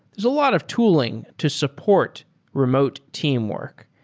there's a lot of tooling to support remote teamwork.